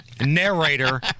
Narrator